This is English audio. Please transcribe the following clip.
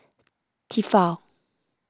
Tefal